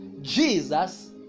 Jesus